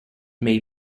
may